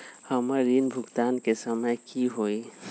हमर ऋण भुगतान के समय कि होई?